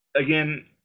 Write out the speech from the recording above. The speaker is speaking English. again